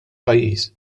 pajjiż